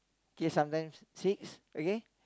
K sometimes six okay